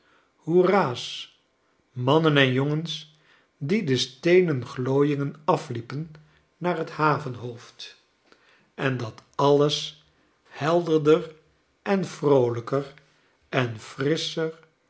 hoera's mannen en jongens die de steenen glooiingen afliepen naar t havenhoofd en dat alles helderder en vroolijker en frisscher